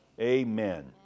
Amen